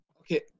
Okay